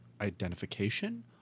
identification